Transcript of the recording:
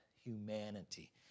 humanity